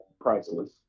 priceless